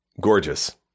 gorgeous